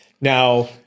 Now